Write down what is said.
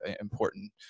important